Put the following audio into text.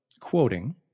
Quoting